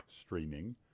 streaming